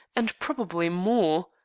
and probably more?